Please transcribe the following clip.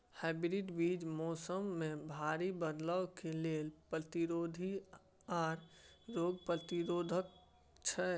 hybrid बीज मौसम में भारी बदलाव के लेल प्रतिरोधी आर रोग प्रतिरोधी छै